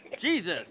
Jesus